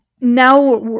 now